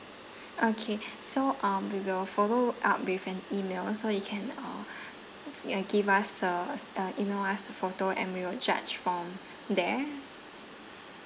okay so um we will follow up with an email so you can uh ya give us the s~ uh email us the photo and we will judge from there